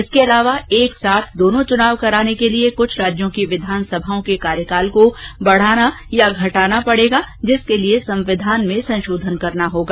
इसके अलावा एक साथ दोनों चुनाव कराने के लिए कुछ राज्यों की विधानसभाओं के कार्यकाल को बढाना या घटाना होगा जिसके लिए संविधान में संशोधन करना होगा